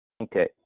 Okay